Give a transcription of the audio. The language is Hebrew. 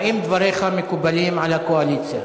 האם דבריך מקובלים על הקואליציה?